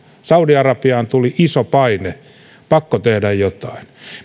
saudi arabiaan tuli iso paine oli pakko tehdä jotain